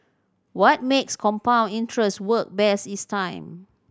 what makes compound interest work best is time